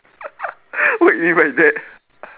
what you mean by that